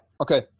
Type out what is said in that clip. okay